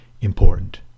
important